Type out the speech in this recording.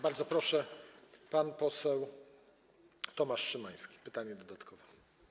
Bardzo proszę, pan poseł Tomasz Szymański, pytanie dodatkowe.